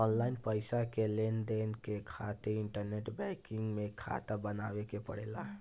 online पईसा के लेनदेन करे खातिर इंटरनेट बैंकिंग में खाता बनावे के पड़ेला